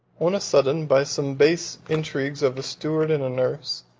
on a sudden, by some base intrigues of a steward and a nurse,